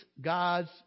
God's